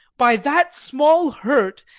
by that small hurt,